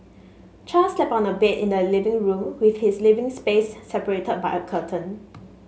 char slept on a bed in the living room with his living space separated by a curtain